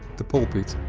the pulpit,